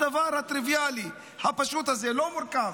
הדבר הטריוויאלי, הפשוט הזה, לא מורכב.